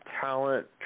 talent